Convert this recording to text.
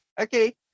Okay